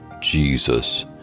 Jesus